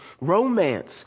Romance